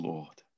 Lord